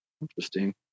interesting